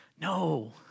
No